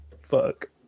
Fuck